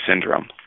syndrome